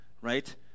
right